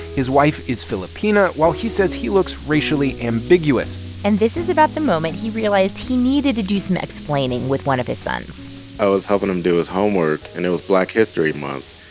his wife is filipina, while he says he looks racially ambiguous and this is about the moment he realized he needed to do some explaining with one of his sons i was helping him do his homework. and it was black history month.